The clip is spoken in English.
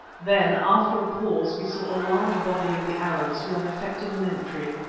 then, after a pause, we saw a large body of the arabs who had effected an entry,